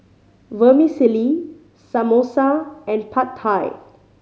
Vermicelli Samosa and Pad Thai